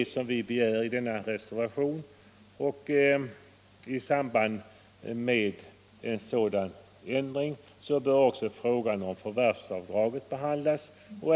Det är vad vi begär i denna reservation och i samband med en sådan ändring bör också frågan om förvärvsavdraget behandlas.